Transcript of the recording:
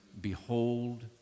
behold